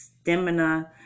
stamina